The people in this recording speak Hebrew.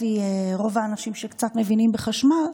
לפי רוב האנשים שקצת מבינים בחשמל,